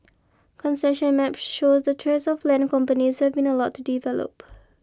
concession maps show the tracts of land companies have been allowed to develop